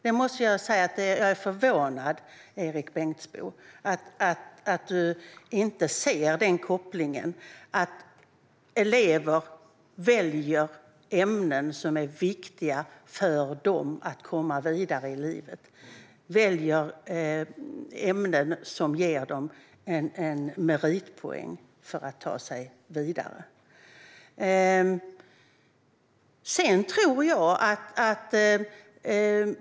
Jag måste säga att jag är förvånad, Erik Bengtzboe, över att du inte ser denna koppling - att elever väljer ämnen som är viktiga för dem så att de kan komma vidare i livet och som ger dem meritpoäng för att ta sig vidare.